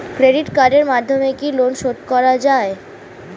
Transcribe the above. Credit কার্ডের মাধ্যমে কি লোন শোধ করা যায়?